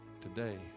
Today